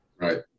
right